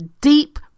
deep